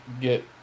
get